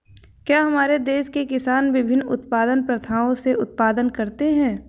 क्या हमारे देश के किसान विभिन्न उत्पादन प्रथाओ से उत्पादन करते हैं?